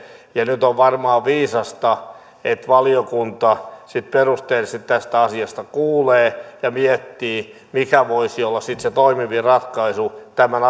ja nyt on varmaan viisasta että valiokunta sitten perusteellisesti tästä asiasta kuulee ja miettii mikä voisi olla sitten se toimivin ratkaisu tämän